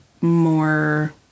more